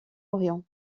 orient